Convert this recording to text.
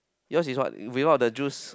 your is what without the juice